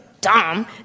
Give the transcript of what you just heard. dumb